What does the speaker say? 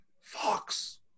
Fox